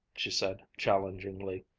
she said challengingly,